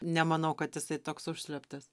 nemanau kad jisai toks užslėptas